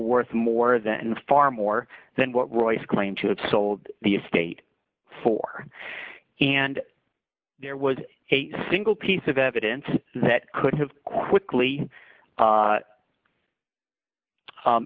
worth more than far more than what royce claimed to have sold the estate for and there was a single piece of evidence that could have quickly